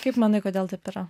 kaip manai kodėl taip yra